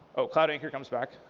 ah cloud anchor comes back.